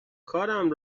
کارم